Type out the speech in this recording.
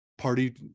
party